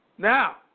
Now